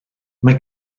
mae